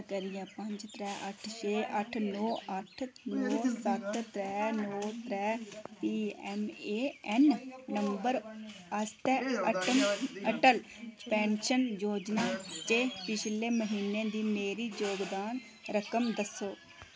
कृपा करियै पंज त्रै अट्ठ छे अट्ठ नौ अट्ठ नौ सत्त त्रै नौ त्रै P N A N number आस्तै अटल अटल पैन्शन योजना च पिछले म्हीने दी मेरी जोगदान रकम दस्सो